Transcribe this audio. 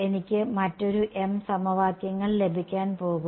എനിക്ക് മറ്റൊരു m സമവാക്യങ്ങൾ ലഭിക്കാൻ പോകുന്നു